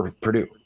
Purdue